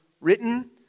written